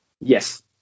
Yes